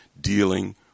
dealing